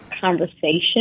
conversation